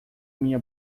minha